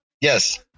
Yes